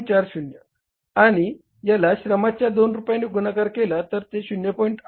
40 आणि याला श्रमाच्या 2 रुपयांनी गुणाकार केला तर ते 0